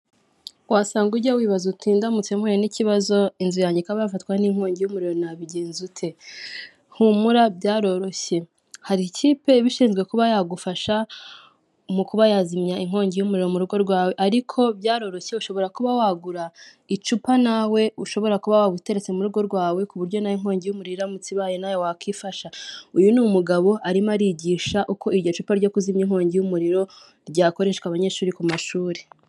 Wasanga ujya wibaza uti ndamutse mpuye n'ikibazo inzu yanjye ikaba yafatwa n'inkongi y'umuriro nabigenza ute? Humura byaroroshye hari ikipe iba ishinzwe kuba yagufasha mu kuba yazimya inkongi y'umuriro mu rugo rwawe, ariko byaroroshye ushobora kuba wagura icupa nawe ushobora kuba waba uteretse mu rugo rwawe, ku buryo nawe inkongi y'umuriro iramutse ibaye nawe wakwifasha. Uyu ni umugabo arimo arigisha uko iryo cupa ryo kuzimya inkongi y'umuriro ryakoreshwa abanyeshuri ku mashuri.